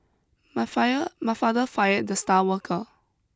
my fire my father fired the star worker